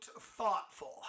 thoughtful